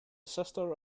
sister